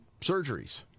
surgeries